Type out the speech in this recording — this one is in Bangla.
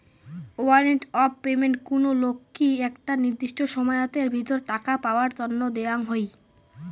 ওয়ারেন্ট অফ পেমেন্ট কুনো লোককি একটা নির্দিষ্ট সময়াতের ভিতর টাকা পাওয়ার তন্ন দেওয়াঙ হই